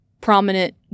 prominent